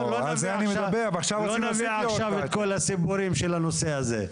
נביא עכשיו את כל הסיפורים של הנושא הזה.